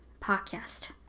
podcast